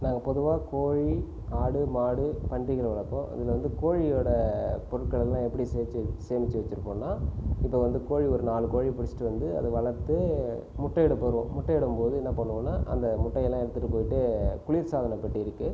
நாங்கள் பொதுவாக கோழி ஆடு மாடு பன்றிகள் வளர்ப்போம் அதில் வந்து கோழியோட பொருட்களெலாம் எப்படி சேமிச்சு சேமிச்சு வெச்சுருப்போனா இப்போ வந்து கோழி ஒரு நாலு கோழி பிடிச்சிட்டு வந்து அது வளர்த்து முட்டையிட போகிறோம் முட்டையிடும் போது என்ன பண்ணுவோனோல் அந்த முட்டை எல்லாம் எடுத்துகிட்டு போயிட்டு குளிர்சாதன பெட்டி இருக்குது